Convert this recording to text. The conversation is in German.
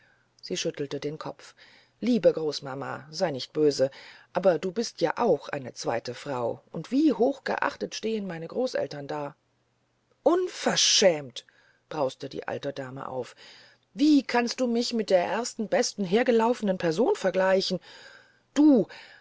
sie schüttelte den kopf liebe großmama sei nicht böse aber du bist ja auch eine zweite frau und wie hochgeachtet stehen meine großeltern da unverschämt brauste die alte dame auf wie kannst du mich mit der ersten besten hergelaufenen person vergleichen du